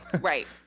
Right